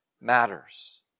matters